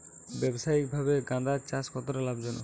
ব্যবসায়িকভাবে গাঁদার চাষ কতটা লাভজনক?